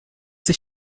sich